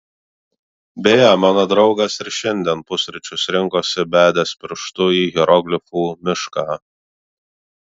beje mano draugas ir šiandien pusryčius rinkosi bedęs pirštu į hieroglifų mišką